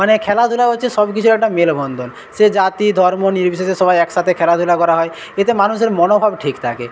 মানে খেলাধূলা হচ্ছে সব কিছুর একটা মেলবন্ধন সে জাতি ধর্ম নির্বিশেষে সবাই একসাথে খেলাধূলা করা হয় এতে মানুষের মনোভাব ঠিক থাকে